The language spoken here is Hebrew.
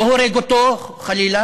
לא הורג אותו חלילה